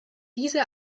diese